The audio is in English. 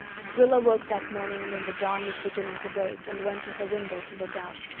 rilla woke that morning when the dawn was beginning to break and went to her window to look out,